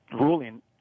ruling